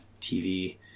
TV